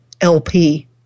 LP